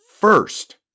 first